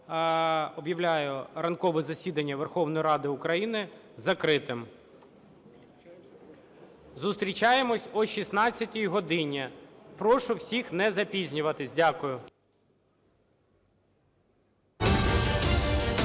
Зустрічаємося о 16 годині. Прошу всіх не запізнюватися. Дякую.